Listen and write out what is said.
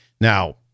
Now